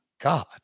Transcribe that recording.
God